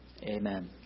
Amen